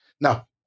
Now